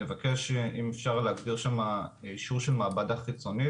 נבקש אם אפשר להגדיר שם אישור של מעבדה חיצונית.